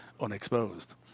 unexposed